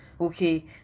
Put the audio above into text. Okay